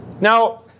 Now